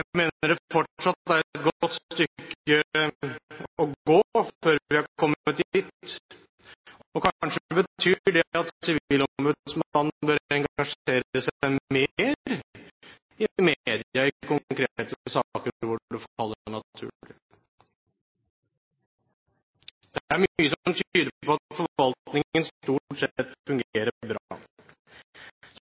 mener det fortsatt er et godt stykke å gå før vi har kommet dit. Kanskje betyr det at sivilombudsmannen bør engasjere seg mer i media i konkrete saker hvor det faller naturlig. Det er mye som tyder på at forvaltningen stort sett fungerer bra.